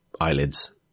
eyelids